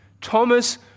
Thomas